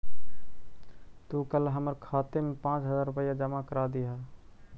तू कल हमर खाते में पाँच हजार रुपए जमा करा दियह